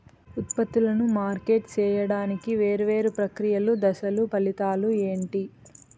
ఉత్పత్తులను మార్కెట్ సేయడానికి వేరువేరు ప్రక్రియలు దశలు ఫలితాలు ఏంటి?